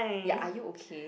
ya are you okay